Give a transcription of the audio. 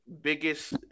biggest